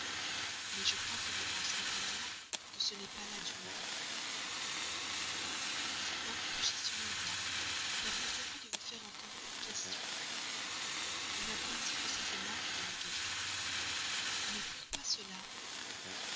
mais je crois que vous penserez comme moi que ce n'est pas là du mal pendant que j'y suis madame permettez-moi de vous faire encore une question on m'a bien dit que c'était mal d'aimer quelqu'un mais pourquoi cela